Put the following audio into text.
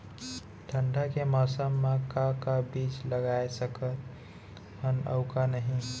ठंडा के मौसम मा का का बीज लगा सकत हन अऊ का नही?